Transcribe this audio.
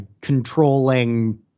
controlling